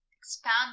expand